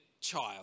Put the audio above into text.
child